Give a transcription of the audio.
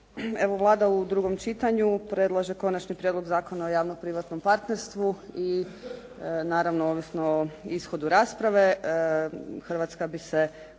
Vlada u drugom čitanju predlaže Konačni prijedlog zakona o javno-privatnom partnerstvu i naravno ovisnoj o ishodu rasprave Hrvatska bi se